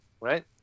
right